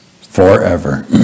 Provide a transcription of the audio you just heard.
forever